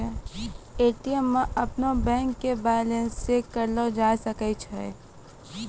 ATM मे अपनो bank के बैलेंस चेक करलो जाय सकै छै